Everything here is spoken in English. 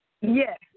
Yes